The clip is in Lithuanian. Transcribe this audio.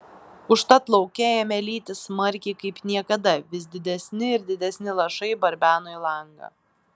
užtat lauke ėmė lyti smarkiai kaip niekada vis didesni ir didesni lašai barbeno į langą